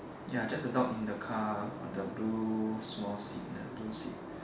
ya just the dog in the car on the blue small seat the blue seat